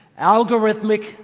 Algorithmic